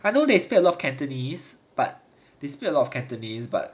I know they speak a lot of cantonese but they speak a lot of cantonese but